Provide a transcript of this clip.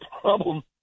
problem